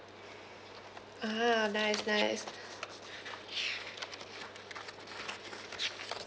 ah nice nice